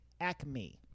acme